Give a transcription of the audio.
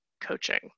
coaching